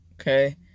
Okay